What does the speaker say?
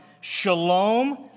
shalom